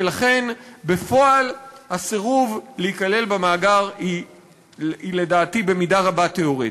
ולכן בפועל הסירוב להיכלל במאגר הוא לדעתי במידה רבה תיאורטי.